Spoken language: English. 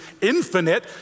infinite